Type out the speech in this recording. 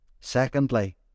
secondly